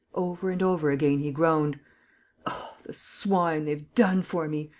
over and over again, he groaned oh, the swine, they've done for me.